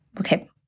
Okay